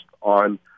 on